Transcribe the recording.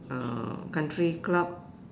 uh country club